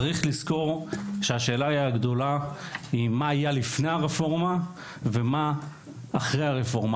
צריך לזכור שהשאלה הגדולה היא מה היה לפני הרפורמה ומה אחרי הרפורמה.